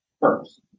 first